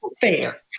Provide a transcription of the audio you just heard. fair